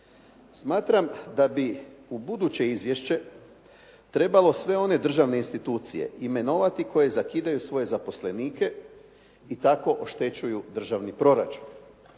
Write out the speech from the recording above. Smatram da bi u buduće izvješće trebalo sve one državne institucije imenovati koje zakidaju svoje zaposlenike i tako oštećuju državni proračun